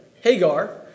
Hagar